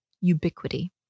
ubiquity